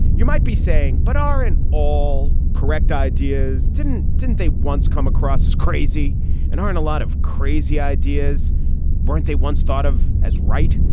you might be saying but are at and all correct ideas. didn't didn't they once come across as crazy and aren't a lot of crazy ideas weren't they once thought of as right.